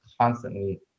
constantly